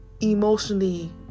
emotionally